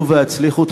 עלו והצליחו.